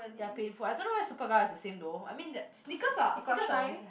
they are painful I don't know whether Superga is the same though I mean that sneakers are sneakers are always